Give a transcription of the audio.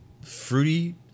fruity